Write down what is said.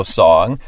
song